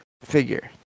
figure